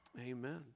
Amen